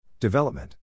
Development